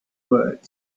words